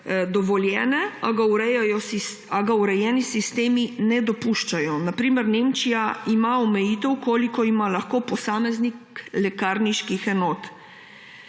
dovoljene, a jih urejeni sistemi ne dopuščajo. Na primer Nemčija ima omejitev, koliko ima lahko posameznik lekarniških enot.